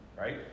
Right